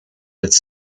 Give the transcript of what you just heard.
its